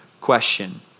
question